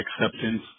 Acceptance